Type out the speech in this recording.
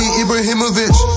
ibrahimovic